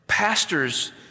pastors